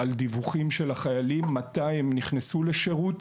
על דיווחים של החיילים לגבי מתי הם נכנסו לשירות,